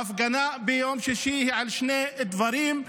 ההפגנה ביום שישי היא על שני דברים.